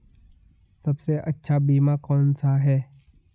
सबसे अच्छा बीमा कौन सा है?